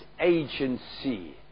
agency